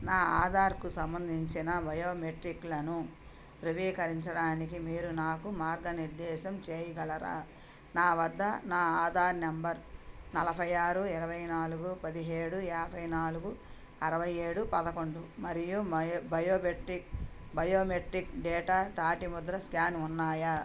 నా ఆధార్కు సంబంధించిన బయోమెట్రిక్లను ధృవీకరించడానికి మీరు నాకు మార్గనిర్దేశం చేయగలరా నా వద్ద నా ఆధార్ నంబర్ నలభై ఆరు ఇరవై నాలుగు పదిహేడు యాభై నాలుగు అరవై ఏడు పదకొండు మరియు బయోమెట్టిక్ బయోమెట్రిక్ డేటా తాటి ముద్ర స్కాన్ ఉన్నాయా